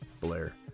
Blair